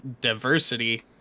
diversity